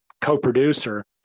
co-producer